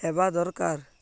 ହେବା ଦରକାର